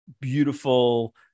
beautiful